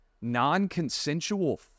non-consensual